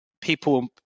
people